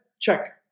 check